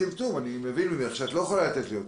אני מבין ממך שאת לא יכולה לתת לי אותו.